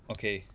okay